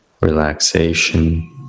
relaxation